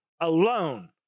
Alone